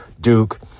Duke